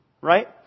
right